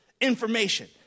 information